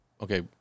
okay